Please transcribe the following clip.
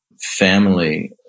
family